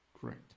Correct